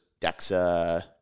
Dexa